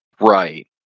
Right